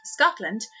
Scotland